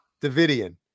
Davidian